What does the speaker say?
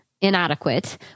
inadequate